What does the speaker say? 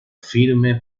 firme